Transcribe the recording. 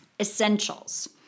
essentials